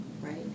right